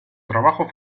trabajo